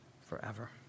forever